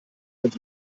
als